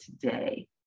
today